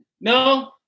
No